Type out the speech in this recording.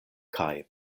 kaj